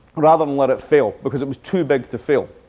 rather than let it fail, because it was too big to fail.